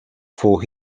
for